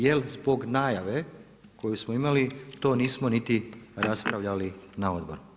Jer zbog najave koju smo imali to nismo niti raspravljali na odboru.